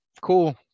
cool